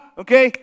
okay